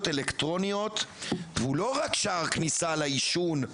אלקטרוניות הוא לא רק שער כניסה לעישון,